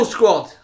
Squad